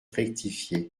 rectifié